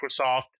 Microsoft